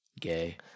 Gay